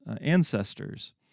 ancestors